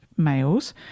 males